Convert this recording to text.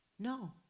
No